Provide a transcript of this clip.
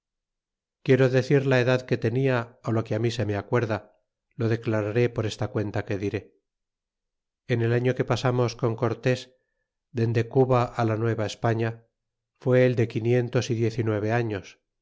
quiero decir la edad que tenia lo que mi se me acuerda lo declararé por esta cuenta que diré en el año que pasarnos con cortés dende cuba la nueva españa fue el de quinientos y diez y nueve años